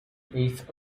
eighth